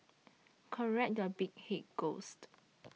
correct your big head ghost